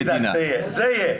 אל תדאג, זה יהיה.